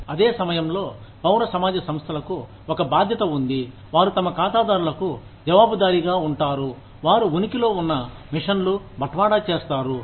అదే సమయంలో పౌర సమాజ సంస్థలకు ఒక బాధ్యత ఉంది వారు తమ ఖాతాదారులకు జవాబుదారిగా ఉంటారు వారు ఉనికిలో ఉన్న మిషన్ను బట్వాడా చేస్తారు